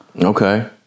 Okay